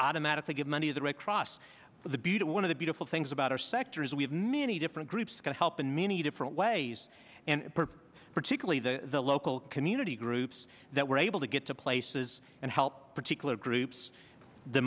automatically give money to the red cross the beautiful one of the beautiful things about our sector is we have many different groups can help in many different ways and her particularly the local community groups that were able to get to places and help particular groups the